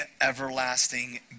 everlasting